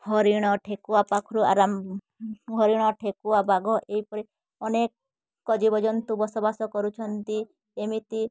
ହରିଣ ଠେକୁଆ ପାଖୁରୁ ଆର ହରିଣ ଠେକୁଆ ବାଘ ଏହିପରି ଅନେକ ଜୀବଜନ୍ତୁ ବସବାସ କରୁଛନ୍ତି ଏମିତି